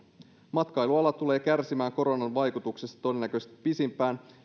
matkailuala tulee kärsimään koronan vaikutuksista todennäköisesti pisimpään